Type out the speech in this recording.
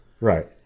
Right